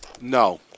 No